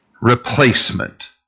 replacement